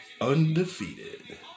Undefeated